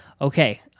Okay